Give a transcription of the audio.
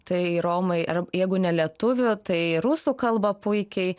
tai romai ar jeigu ne lietuvių tai rusų kalba puikiai